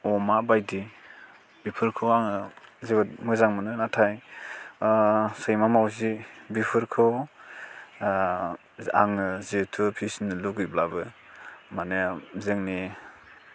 अमा बायदि बेफोरखौ आङो जोबोद मोजां मोनो नाथाय सैमा मावजि बेफोरखौ आङो जेहेथु फिसिनो लुबैब्लाबो मानि जोंनि